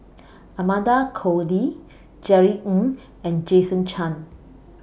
Amanda Koe Lee Jerry Ng and Jason Chan